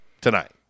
tonight